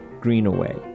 Greenaway